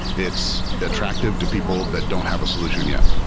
it's attractive to people that don't have a solution yet.